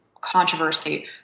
controversy